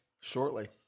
shortly